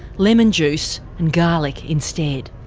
lemon juice and garlic instead.